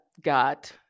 got